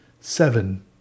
seven